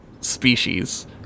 species